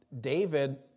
David